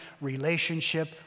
relationship